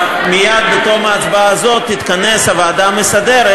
מייד בתום ההצבעה הזאת תתכנס הוועדה המסדרת,